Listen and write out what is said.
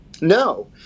no